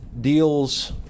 deals